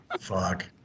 fuck